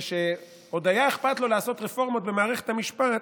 כשעוד היה אכפת לו לעשות רפורמות במערכת המשפט,